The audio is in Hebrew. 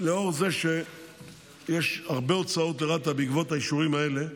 לאור זה שיש הרבה הוצאות לרת"א בעקבות האישורים האלה,